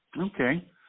Okay